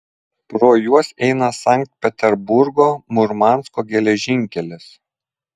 pro juos eina sankt peterburgo murmansko geležinkelis